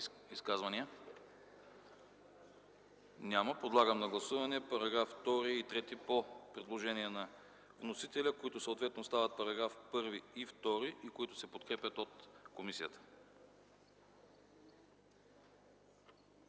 Няма. Подлагам на гласуване § 2 и § 3 по предложение на вносителя, които съответно стават § 1 и § 2 и се подкрепят от комисията.